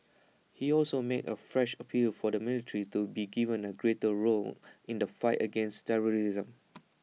he also made A fresh appeal for the military to be given A greater role in the fight against terrorism